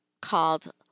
called